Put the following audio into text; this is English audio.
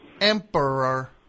emperor